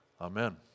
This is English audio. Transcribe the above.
Amen